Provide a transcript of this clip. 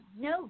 No